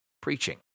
preaching